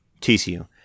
TCU